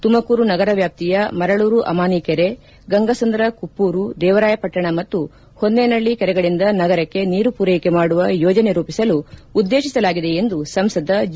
ತುಮಕೂರು ನಗರ ವ್ಯಾಪ್ತಿಯ ಮರಳೂರು ಅಮಾನಿ ಕೆರೆ ಗಂಗಸಂದ್ರ ಕುಪ್ಪೂರು ದೇವರಾಯಪಟ್ಟಣ ಮತ್ತು ಹೊನ್ನೆನಳ್ಳಿ ಕೆರೆಗಳಿಂದ ನಗರಕ್ಕೆ ನೀರು ಪೂರೈಕೆ ಮಾಡುವ ಯೋಜನೆ ರೂಪಿಸಲು ಉದ್ದೇಶಿಸಲಾಗಿದೆ ಎಂದು ಸಂಸದ ಜಿ